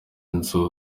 inzu